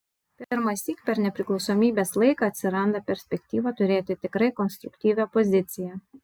pirmąsyk per nepriklausomybės laiką atsiranda perspektyva turėti tikrai konstruktyvią opoziciją